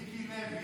מיקי לוי,